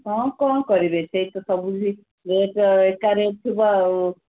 ହଁ କ'ଣ କରିବେ ସେଇତ ସବୁ ବି ତ ରେଟ୍ ଏକା ରେଟ୍ ଥିବ ଆଉ